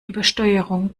übersteuerung